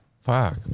Fuck